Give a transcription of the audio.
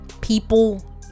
people